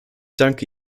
danke